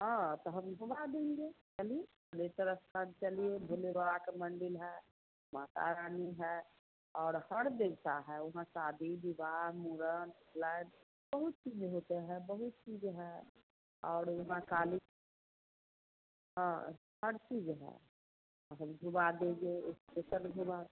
हाँ तो हम घूमा देंगे चलिए थलेसर स्थान चलिए भोले बाबा के मंदिल है माता रानी है और हर दिन सा है वहाँ शादी विवाह मुड़न बहुत चीज़ होते हैं बहुत चीज़ है और वहाँ काली हँ हर चीज़ है हम घूमा देंगे इस्पेसल घूमा